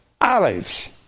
Olives